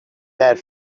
that